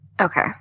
Okay